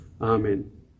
Amen